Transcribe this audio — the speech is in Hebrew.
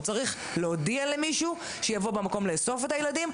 הוא צריך להודיע למישהו שיבוא במקום לאסוף אתה ילדים,